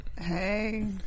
Hey